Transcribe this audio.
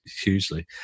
hugely